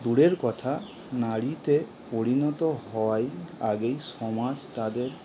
দূরের কথা নারীতে পরিণত হওয়ার আগেই সমাজ তাদের